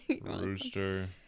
rooster